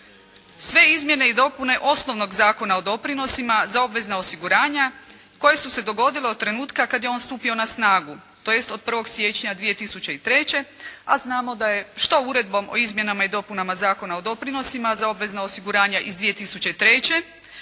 sve izmjene i dopune osnovnog Zakona o doprinosima za obvezna osiguranja koja su se dogodile od trenutka kada je on stupio na snagu tj. od 1. siječnja 2003., a znamo da je što uredbom o izmjenama i dopunama Zakona o doprinosima za obvezna osiguranja iz 2003.,